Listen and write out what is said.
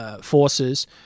forces